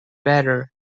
better